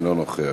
אינו נוכח,